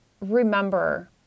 remember